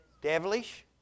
Devilish